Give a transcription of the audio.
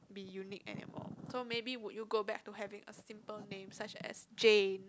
be unique anymore so maybe would you go back to having a simple name such as Jane